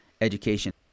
education